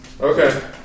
Okay